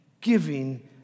giving